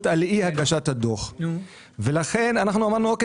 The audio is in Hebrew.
על אי הגשת הדוח ולכן אנחנו אמרנו: אוקיי,